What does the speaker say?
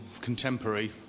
contemporary